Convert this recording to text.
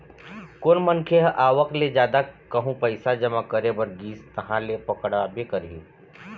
कोनो मनखे ह आवक ले जादा कहूँ पइसा जमा करे बर गिस तहाँ ले पकड़ाबे करही